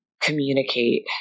communicate